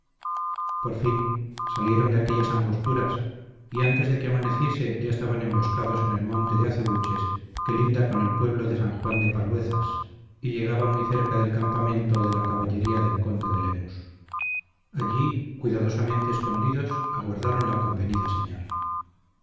por fin salieron de aquellas angosturas y antes de que amaneciese ya estaban emboscados en el monte de acebuches que linda con el pueblo de san juan de paluezas y llegaba muy cerca del campamento de la caballería del conde de lemus allí cuidadosamente escondidos aguardaron la convenida señal